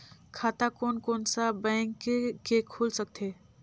खाता कोन कोन सा बैंक के खुल सकथे?